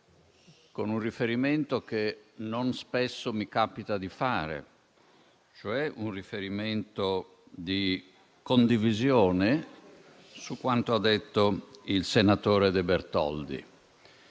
con un riferimento che non mi capita spesso di fare; un riferimento cioè di condivisione su quanto ha detto il senatore De Bertoldi.